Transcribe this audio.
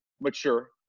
mature